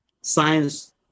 science